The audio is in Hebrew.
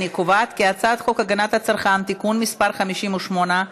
אני קובעת כי הצעת חוק הגנת הצרכן (תיקון מס' 58),